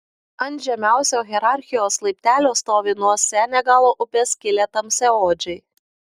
ant žemiausio hierarchijos laiptelio stovi nuo senegalo upės kilę tamsiaodžiai